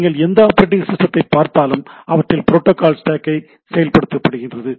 நீங்கள் எந்த ஆப்பரேட்டிங் சிஸ்ட்டத்தை பார்த்தாலும் அவற்றில் புரோட்டோக்கால் ஸ்டேக் செயல்படுத்தப்பட்டிருக்கிறது